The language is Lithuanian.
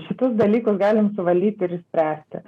šitus dalykus galim suvaldyti ir išspręsti